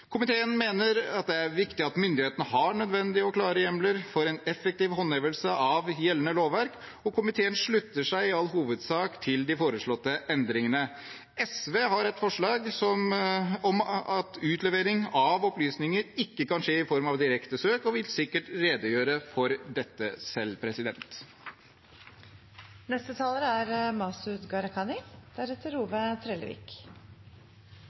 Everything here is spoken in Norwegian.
Komiteen mener det er viktig at myndighetene har nødvendige og klare hjemler for en effektiv håndhevelse av gjeldende lovverk, og komiteen slutter seg i all hovedsak til de foreslåtte endringene. SV har et forslag om at utlevering av opplysninger ikke kan skje i form av direkte søk, og vil sikkert redegjøre for dette selv.